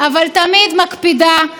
תמיד לגופו של עניין,